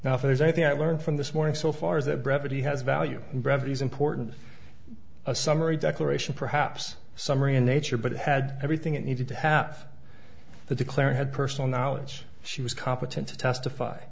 now if there's anything i've learned from this morning so far is that brevity has value and brevity is important a summary declaration perhaps summary in nature but it had everything it needed to have the declare had personal knowledge she was competent to testify